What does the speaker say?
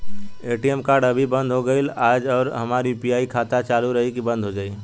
ATM card अभी बंद हो गईल आज और हमार यू.पी.आई खाता चालू रही की बन्द हो जाई?